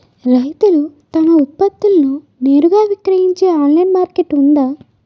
రైతులు తమ ఉత్పత్తులను నేరుగా విక్రయించే ఆన్లైన్ మార్కెట్ ఉందా?